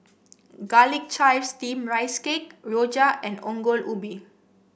Garlic Chives Steamed Rice Cake Rojak and Ongol Ubi